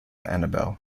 annabel